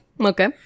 Okay